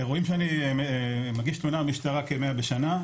אירועים שאני מגיש תלונה במשטרה כ-100 בשנה,